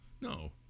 no